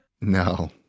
No